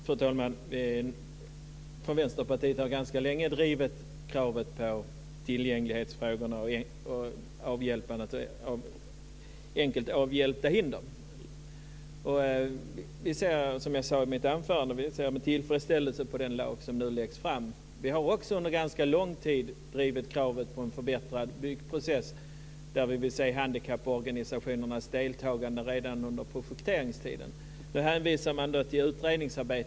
Fru talman! Vänsterpartiet har ganska länge drivit kravet på tillgänglighet och eliminerande av enkelt avhjälpta hinder. Som jag sade i mitt anförande ser vi med tillfredsställelse på den lag som nu läggs fram. Vi har också under ganska lång tid drivit kravet på en förbättrad byggprocess där vi vill se handikapporganisationernas deltagande redan under projekteringstiden. Man hänvisar då till utredningsarbete.